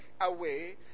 away